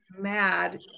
mad